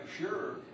sure